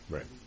Right